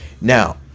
Now